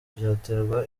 byateraga